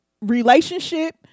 relationship